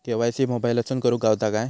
KYC मोबाईलातसून करुक गावता काय?